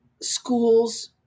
schools